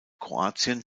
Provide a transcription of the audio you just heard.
kroatien